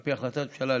על פי החלטת הממשלה,